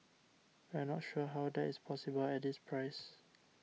we're not sure how that is possible at this price